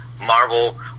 Marvel